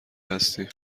هستیم